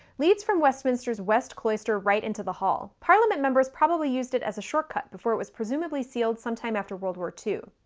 leads from westminster's west cloister right into the hall. parliament members probably used it as a shortcut before it was presumably sealed sometime after world war ii.